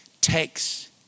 takes